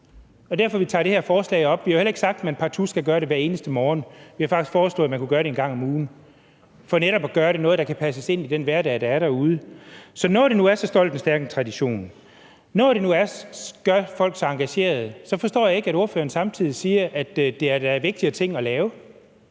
fremsætter det her forslag. Vi har jo heller ikke sagt, at man partout skal gøre det hver eneste morgen. Vi har faktisk foreslået, at man kunne gøre det en gang om ugen, for at det netop skal kunne passes ind i den hverdag, der er derude. Så når det nu er så stolt og stærk en tradition, når det nu gør folk så engageret, så forstår jeg ikke, at ordføreren samtidig siger, at der er vigtigere ting at lave,